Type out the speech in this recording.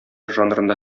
жанрында